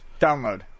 Download